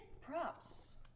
props